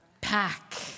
pack